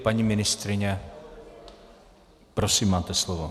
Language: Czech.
Paní ministryně, prosím, máte slovo.